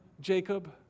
Jacob